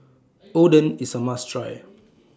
Oden IS A must Try